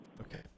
okay